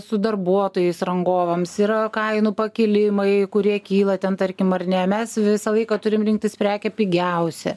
su darbuotojais rangovams yra kainų pakilimai kurie kyla ten tarkim ar ne mes visą laiką turim rinktis prekę pigiausią